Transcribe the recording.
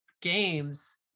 games